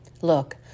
Look